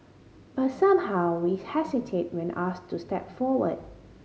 but somehow we hesitate when asked to step forward